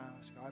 ask